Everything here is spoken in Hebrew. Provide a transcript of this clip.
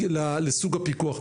לסוג הפיקוח.